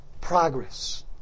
progress